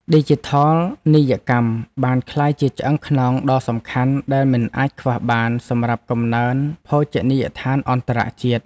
ឌីជីថលនីយកម្មបានក្លាយជាឆ្អឹងខ្នងដ៏សំខាន់ដែលមិនអាចខ្វះបានសម្រាប់កំណើនភោជនីយដ្ឋានអន្តរជាតិ។